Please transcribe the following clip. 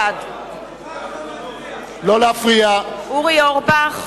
בעד אורי אורבך,